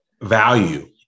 value